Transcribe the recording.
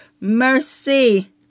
mercy